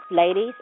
ladies